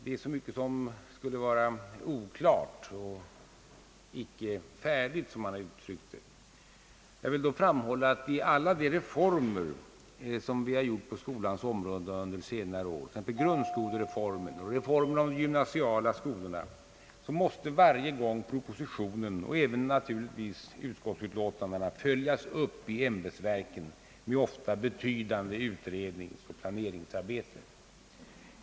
Det är så mycket som skulle vara oklart och icke färdigt, som man har uttryckt det. Jag vill då framhålla, att i alla de reformer som vi har gjort på skolans område under senare år — grundskolereformen, reformen av de gymnasiala skolorna har varje gång propositionen och naturligtvis även utskottsutlå tandet måst följas upp i ämbetsverken med ofta betydande utredningsoch planeringsarbete.